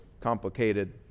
complicated